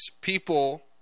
people